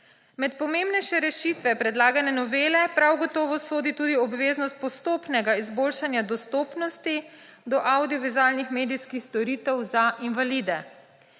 Med pomembnejše rešitve predlagane novele prav gotovo sodi tudi obveznost postopnega izboljšanja dostopnosti do avdiovizualnih medijskih storitev za invalide.